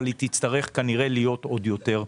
אבל היא תצטרך כנראה להיות עוד יותר מרסנת.